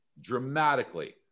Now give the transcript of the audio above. dramatically